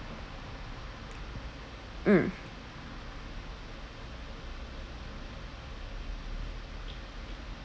mm